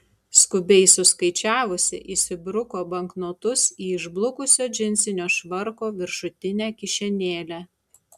skubiai suskaičiavusi įsibruko banknotus į išblukusio džinsinio švarko viršutinę kišenėlę